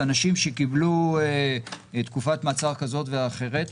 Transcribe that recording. אנשים שקיבלו תקופת מעצר כזאת ואחרת,